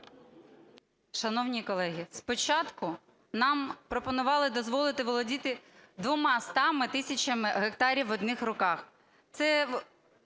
Шановні колеги, спочатку нам пропонували дозволити володіти 200-ми тисячами гектарів в одних руках. Це